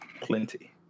plenty